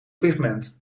pigment